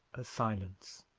a silence.